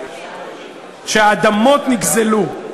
שהאדמות נגזלו.